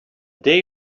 day